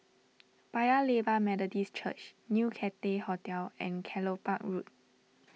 Paya Lebar Methodist Church New Cathay Hotel and Kelopak Road